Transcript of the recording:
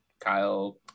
Kyle